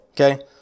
okay